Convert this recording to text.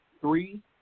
three